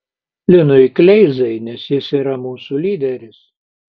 linui kleizai nes jis yra mūsų lyderis